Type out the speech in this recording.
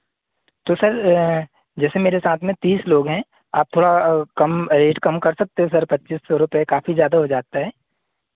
तो सर जैसे मेरे साथ में तीस लोग हैं आप थोड़ा कम रेट कम कर सकते हैं सर पच्चीस सौ रुपये काफी ज़्यादा हो जाता है